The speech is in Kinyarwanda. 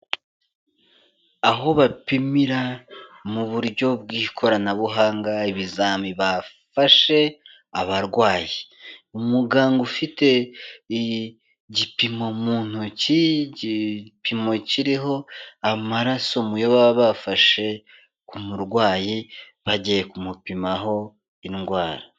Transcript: Aho bapimira mu buryo bw'ikoranabuhanga ibizami bafashe abarwayi, umuganga ufite igipimo mu ntoki, igipimo kiriho amaraso muyo baba bafashe ku murwayi bagiye kumupimaho indwara.